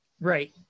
right